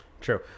True